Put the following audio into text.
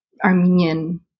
Armenian